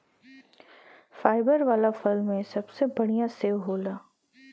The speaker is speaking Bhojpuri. फाइबर वाला फल में सबसे बढ़िया सेव होला